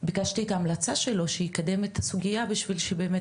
ביקשתי את ההמלצה שלו שיקדם את הסוגיה בשביל שבאמת